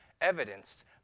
evidenced